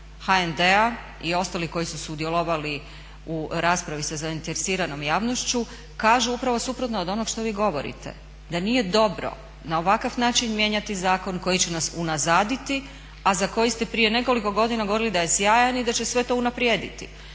HND-a i ostali koji su sudjelovali u raspravi sa zainteresiranom javnošću kažu upravo suprotno od onog što vi govorite, da nije dobro na ovakav način mijenjati zakon koji će nas unazaditi, a za koji ste prije nekoliko godina govorili da je sjajan i da će sve to unaprijediti.